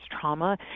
trauma